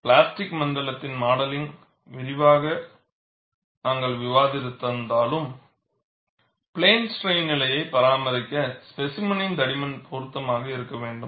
plastic மண்டலத்தின் modelling விரிவாக நாங்கள் விவாதித்திருந்தாலும் பிளேன் ஸ்ட்ரைன்நிலையை பராமரிக்க ஸ்பேசிமெனின் தடிமன் பொருத்தமாக இருக்க வேண்டும்